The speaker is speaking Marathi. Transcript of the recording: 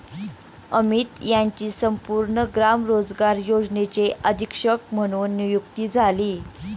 अमित यांची संपूर्ण ग्राम रोजगार योजनेचे अधीक्षक म्हणून नियुक्ती झाली